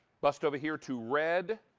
bust over here to red,